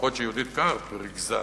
לפחות שיהודית קרפ ריכזה,